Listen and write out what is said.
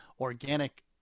organic